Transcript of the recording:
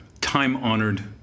time-honored